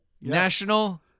national